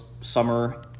summer